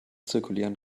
zirkulieren